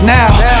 now